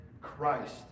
Christ